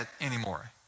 anymore